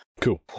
Cool